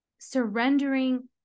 surrendering